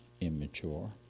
immature